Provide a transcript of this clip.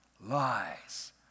lies